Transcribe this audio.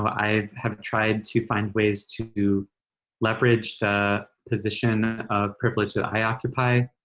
i haven't tried to find ways to leverage the position of privilege that i occupy